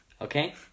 okay